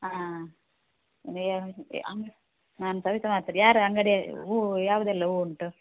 ಹಾಂ ನೀವು ನಾನು ಸವಿತ ಮಾತು ಯಾರು ಅಂಗಡಿ ಹೂವು ಯಾವುದೆಲ್ಲಾ ಹೂವು ಉಂಟು